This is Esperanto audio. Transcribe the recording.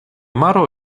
maro